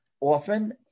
often